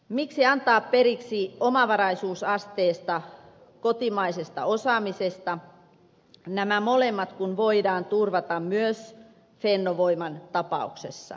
miksi antaa periksi omavaraisuusasteesta kotimaisesta osaamisesta nämä molemmat kun voidaan turvata myös fennovoiman tapauksessa